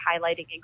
highlighting